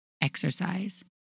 exercise